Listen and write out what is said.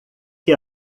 que